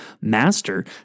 master